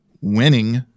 winning